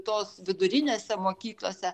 tos vidurinėse mokyklose